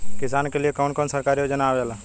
किसान के लिए कवन कवन सरकारी योजना आवेला?